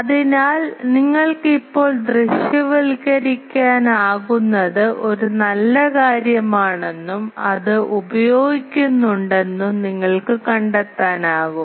അതിനാൽ നിങ്ങൾക്ക് ഇപ്പോൾ ദൃശ്യവൽക്കരിക്കാനാകുന്നത് ഒരു നല്ല കാര്യമാണെന്നും അത് ഉപയോഗിക്കുന്നുണ്ടെന്നും നിങ്ങൾക്ക് കണ്ടെത്താനാകും